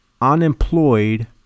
unemployed